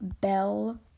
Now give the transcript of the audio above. Bell